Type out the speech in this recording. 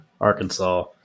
Arkansas